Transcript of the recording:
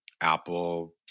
Apple